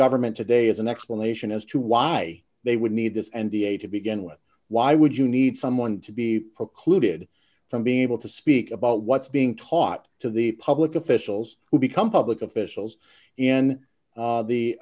government today as an explanation as to why they would need this and da to begin with why would you need someone to be precluded from being able to speak about what's being taught to the public officials who become public officials in